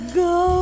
go